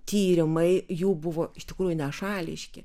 tyrimai jų buvo iš tikrųjų nešališki